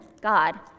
God